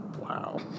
Wow